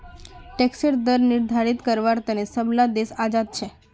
टैक्सेर दर निर्धारित कारवार तने सब ला देश आज़ाद छे